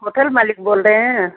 hotel मालिक बोल रहे हैं